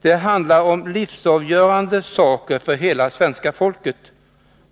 Det handlar om livsavgörande frågor för hela svenska folket,